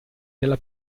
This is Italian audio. della